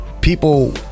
People